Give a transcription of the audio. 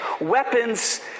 weapons